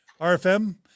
RFM